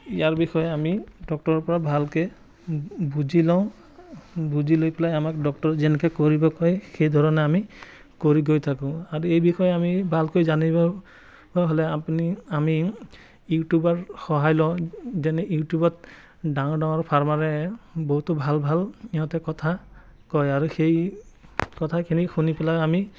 ইয়াৰ বিষয়ে আমি ডক্টৰৰ পৰা ভালকৈ বুজি লওঁ বুজি লৈ পেলাই আমাক ডক্টৰে যেনেকৈ কৰিব কয় সেইধৰণে আমি কৰি গৈ থাকোঁ আৰু এই বিষয়ে আমি ভালকৈ জানিব হ'লে আপুনি আমি ইউটিউবৰ সহায় লওঁ যেনে ইউটিউবত ডাঙৰ ডাঙৰ ফাৰ্মাৰে বহুতো ভাল ভাল ইহঁতে কথা কয় আৰু সেই কথাখিনি শুনি পেলাই আমি